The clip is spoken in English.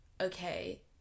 okay